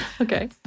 Okay